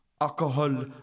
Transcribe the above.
Alcohol